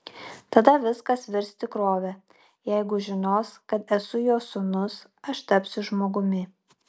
tada viskas virs tikrove jeigu žinos kad esu jo sūnus aš tapsiu žmogumi